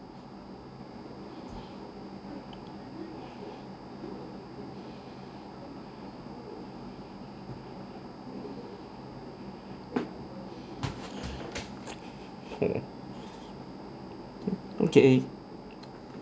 hmm okay